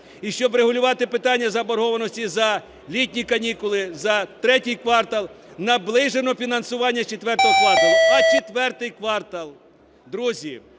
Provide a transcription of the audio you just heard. І щоб врегулювати питання заборгованості за літні канікули, за ІІІ квартал, наближено фінансування з IV кварталу. А IV квартал? Друзі,